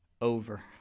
over